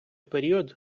період